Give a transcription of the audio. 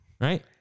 right